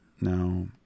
Now